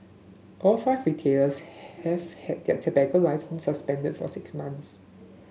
all five retailers have had their tobacco licences suspended for six months